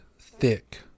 thick